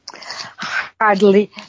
Hardly